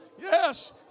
yes